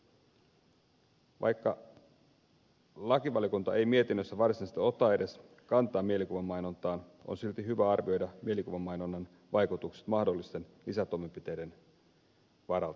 vaikka lakivaliokunta ei mietinnössä varsinaisesti ota edes kantaa mielikuvamainontaan on silti hyvä arvioida mielikuvamainonnan vaikutukset mahdollisten lisätoimenpiteiden varalta